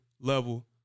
level